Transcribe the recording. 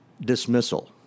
dismissal